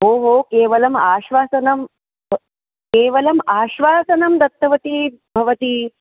भोः केवलम् आश्वासनं केवलम् आश्वासनं दत्तवती भवती